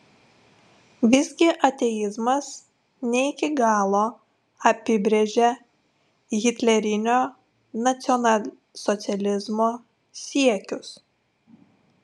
visgi ateizmas ne iki galo apibrėžia hitlerinio nacionalsocializmo siekius